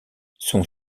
son